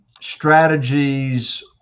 strategies